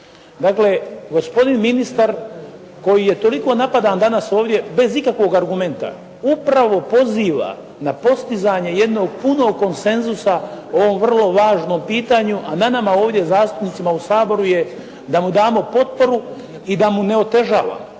Dakle, gospodin ministar koji je toliko napadan danas ovdje bez ikakvog argumenta upravo poziva na postizanje jednog punog konsenzusa o ovom vrlo važnom pitanju, a na nama ovdje zastupnicima u Saboru je da mu damo potporu i da mu ne otežavamo